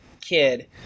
kid